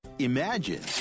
imagine